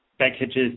packages